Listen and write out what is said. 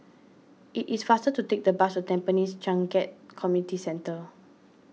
it is faster to take the bus to Tampines Changkat Community Centre